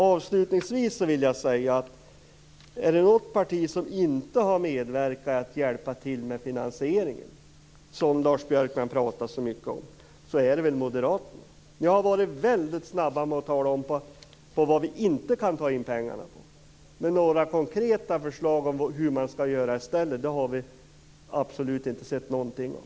Avslutningsvis vill jag säga att om det är något parti som inte har medverkat till att hjälpa till med finansieringen, som Lars Björkman pratar så mycket om, så är det Moderaterna. Ni har varit väldigt snabba med att tala om vad vi inte kan ta in pengarna på. Men konkreta förslag om hur man skall göra i stället har vi absolut inte sett någonting av.